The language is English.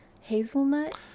hazelnut